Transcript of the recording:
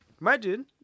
Imagine